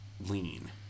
lean